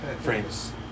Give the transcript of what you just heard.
Frames